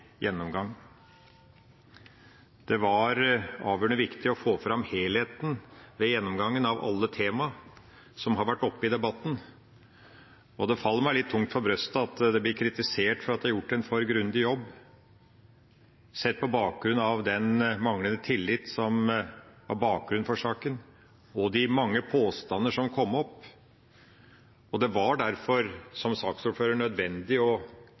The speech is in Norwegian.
gjennomgang. Det var avgjørende viktig å få fram helheten ved gjennomgangen av alle temaene som har vært oppe i debatten, og det faller meg litt tungt for brystet at en blir kritisert for å ha gjort en for grundig jobb, sett på bakgrunn av den manglende tillit som var bakgrunnen for saken, og de mange påstander som kom opp. Det var derfor for meg som saksordfører nødvendig å